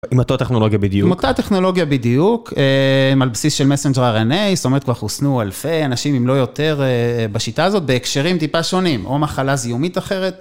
עם אותה טכנולוגיה בדיוק? עם אותה טכנולוגיה בדיוק, על בסיס של מייסנג'ר אר.אן., זאת אומרת כבר חוסנו אלפי אנשים אם לא יותר בשיטה הזאת, בהקשרים טיפה שונים, או מחלה זיומית אחרת.